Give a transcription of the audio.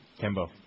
Kimbo